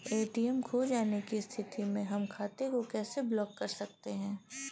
ATM खो जाने की स्थिति में हम खाते को कैसे ब्लॉक कर सकते हैं?